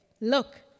Look